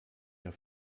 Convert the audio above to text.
der